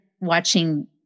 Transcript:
watching